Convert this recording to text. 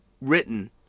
written